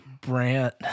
Brant